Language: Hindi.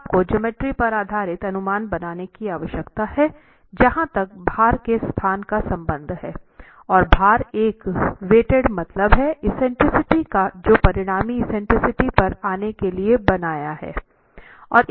तो आपको ज्योमेट्री पर आधारित अनुमान बनाने की आवश्यकता है जहां तक भार के स्थान का संबंध है और भार एक वेटेड मतलब है एक्सेंट्रिसिटी का जो परिणामी एक्सेंट्रिसिटी पर आने के लिए बनाया है